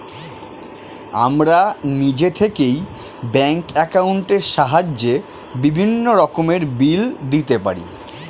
আমরা নিজে থেকেই ব্যাঙ্ক অ্যাকাউন্টের সাহায্যে বিভিন্ন রকমের বিল দিতে পারি